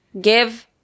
Give